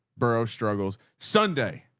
borough struggles. sunday.